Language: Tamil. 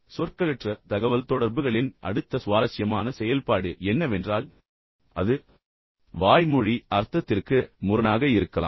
சொற்களற்ற தகவல்தொடர்புகளின் அடுத்த சுவாரஸ்யமான செயல்பாடு என்னவென்றால் அது வாய்மொழி அர்த்தத்திற்கு முரணாக இருக்கலாம்